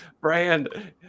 brand